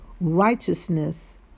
righteousness